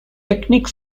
picnic